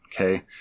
okay